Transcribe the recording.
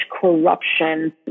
corruption